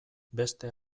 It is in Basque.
beste